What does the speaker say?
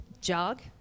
jog